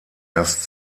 erst